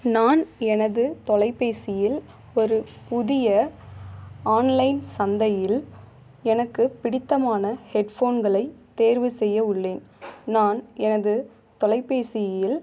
நான் எனது தொலைபேசியில் ஒரு புதிய ஆன்லைன் சந்தையில் எனக்கு பிடித்தமான ஹெட் ஃபோன்களைத் தேர்வு செய்ய உள்ளேன் நான் எனது தொலைபேசியில்